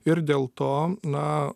ir dėl to na